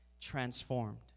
transformed